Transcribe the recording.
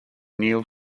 neil